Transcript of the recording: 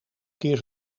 keer